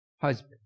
husband